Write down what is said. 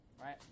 right